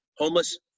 Homeless